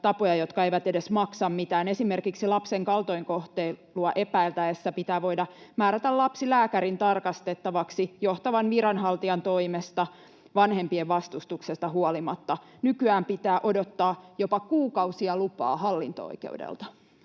tapoja, jotka eivät edes maksa mitään. Esimerkiksi lapsen kaltoinkohtelua epäiltäessä pitää voida määrätä lapsi lääkärin tarkastettavaksi johtavan viranhaltijan toimesta vanhempien vastustuksesta huolimatta. Nykyään pitää odottaa jopa kuukausia lupaa hallinto-oikeudelta.